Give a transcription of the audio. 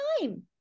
time